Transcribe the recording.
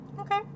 Okay